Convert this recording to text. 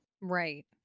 Right